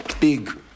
big